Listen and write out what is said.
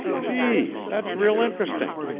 gee! that's real interesting.